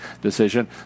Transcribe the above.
decision